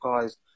guys